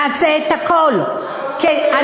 נעשה את הכול, מה?